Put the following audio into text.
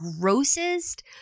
grossest